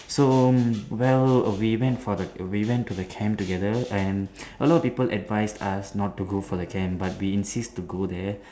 so well we went for the we went to the camp together and a lot of people advised us not to go for the camp but we insist to go there